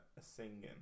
singing